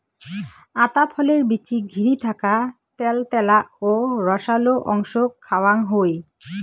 আতা ফলের বীচিক ঘিরি থাকা ত্যালত্যালা ও রসালো অংশক খাওয়াং হই